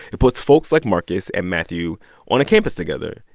it puts folks like marcus and matthew on a campus together,